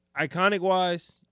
iconic-wise